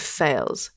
fails